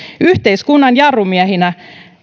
yhteiskunnan jarrumiehinä